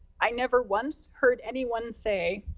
i never once heard anyone say,